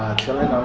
chillin.